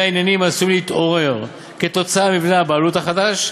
העניינים העשויים להתעורר כתוצאה ממבנה הבעלות החדש,